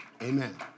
Amen